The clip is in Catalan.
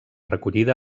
recollida